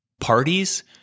parties